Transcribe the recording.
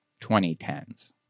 2010s